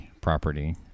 Property